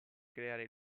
creare